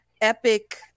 epic